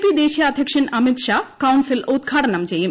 P ദേശീയ അദ്ധ്യക്ഷൻ Amit Shah council ഉദ്ഘാടനം ചെയ്യും